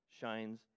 shines